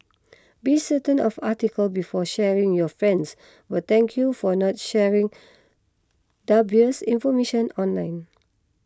be certain of article before sharing your friends will thank you for not sharing dubious information online